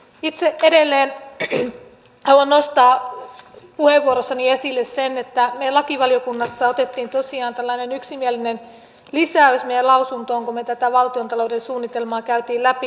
itse edelleen haluan nostaa puheenvuorossani esille sen että me lakivaliokunnassa otimme tosiaan tällaisen yksimielisen lisäyksen meidän lausuntoomme kun me tätä valtiontalouden suunnitelmaa kävimme läpi